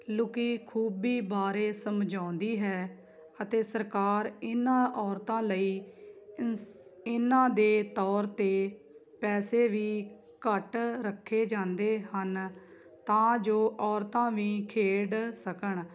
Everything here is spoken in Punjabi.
ਲੁਕੀ ਖੂਬੀ ਬਾਰੇ ਸਮਝਾਉਂਦੀ ਹੈ ਅਤੇ ਸਰਕਾਰ ਇਹਨਾਂ ਔਰਤਾਂ ਲਈ ਇਨ ਇਹਨਾਂ ਦੇ ਤੌਰ 'ਤੇ ਪੈਸੇ ਵੀ ਘੱਟ ਰੱਖੇ ਜਾਂਦੇ ਹਨ ਤਾਂ ਜੋ ਔਰਤਾਂ ਵੀ ਖੇਡ ਸਕਣ